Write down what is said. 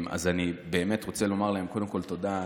אז אני באמת רוצה לומר להם קודם כול תודה.